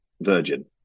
Virgin